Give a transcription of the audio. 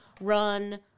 run